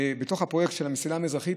בתוך הפרויקט של המסילה המזרחית,